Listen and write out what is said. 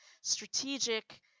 strategic